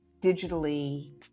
digitally